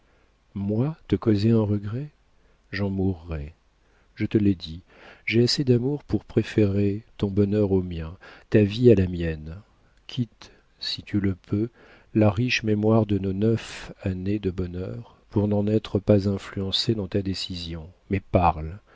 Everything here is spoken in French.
moi te causer un regret j'en mourrais je te l'ai dit j'ai assez d'amour pour préférer ton bonheur au mien ta vie à la mienne quitte si tu le peux la riche mémoire de nos neuf années de bonheur pour n'en être pas influencé dans ta décision mais parle